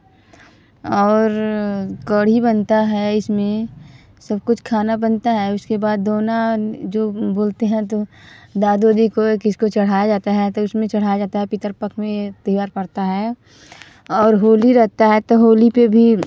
और कढ़ी बनता है इसमें सब कुछ खाना बनता है उसके बाद दोना जो बोलते हैं तो दादो दी को या किसको चढ़ाया जाता है तो उसमें चढ़ाया जाता है पितरपक्ष में ये त्योहार पड़ता है और होली रहता है तो होली पर भी